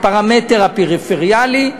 הפרמטר הפריפריאלי,